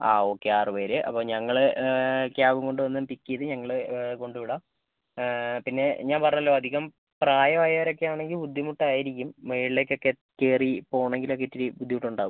ആ ഓക്കെ ആറ് പേർ അപ്പം ഞങ്ങൾ ക്യാബും കൊണ്ട് വന്ന് പിക്ക് ചെയ്ത് ഞങ്ങൾ കൊണ്ട് വിടാം പിന്നെ ഞാൻ പറഞ്ഞല്ലോ അധികം പ്രായം ആയവരൊക്കെ ആണെങ്കിൽ ബുദ്ധിമുട്ടായിരിക്കും മുകളിലേക്കൊക്കെ കയറി പോവണമെങ്കിൽ ഒക്കെ ഇത്തിരി ബുദ്ധിമുട്ട് ഉണ്ടാവും